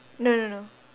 no no no